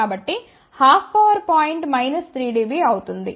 కాబట్టి half power point minus 3 dB అవుతుంది